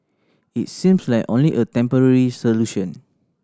it seems like only a temporary solution